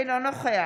אינו נוכח